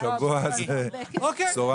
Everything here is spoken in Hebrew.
בשבוע זה בשורה טובה.